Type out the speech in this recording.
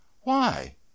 Why